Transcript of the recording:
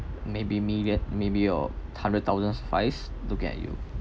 maybe media maybe your hundred thousands looking at you